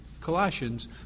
Colossians